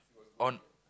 on